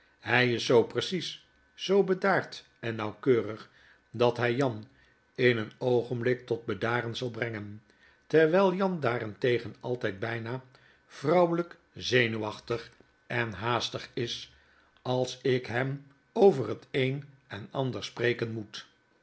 hy is zoo precies zoo bedaard en nauwkeurig dat hij jan in een oogenblik tot bedaren zal brengen terwyl jan daarentegen altyd byna vrouwelyk zenuwachtig en haastig is als ik hem over het een en ander spreken moet